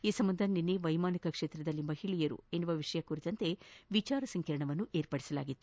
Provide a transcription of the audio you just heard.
ಈ ಸಂಬಂಧ ನಿನ್ನೆ ವೈಮಾನಿಕ ಕ್ಷೇತ್ರದಲ್ಲಿ ಮಹಿಳೆಯರು ವಿಷಯ ಕುರಿತ ವಿಚಾರಸಂಕಿರಣ ಏರ್ಪಡಿಸಲಾಗಿತ್ತು